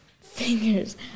fingers